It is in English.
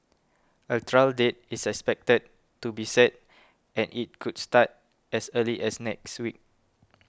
a trial date is expected to be set and it could start as early as next week